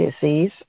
disease